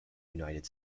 united